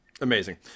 Amazing